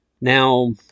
Now